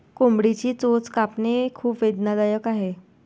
कोंबडीची चोच कापणे खूप वेदनादायक आहे